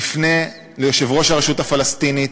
תפנה ליושב-ראש הרשות הפלסטינית,